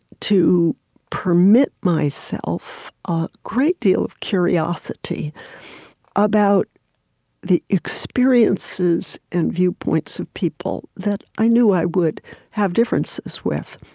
to permit myself a great deal of curiosity about the experiences and viewpoints of people that i knew i would have differences with.